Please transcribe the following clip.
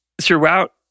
throughout